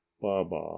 baba